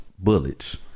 Bullets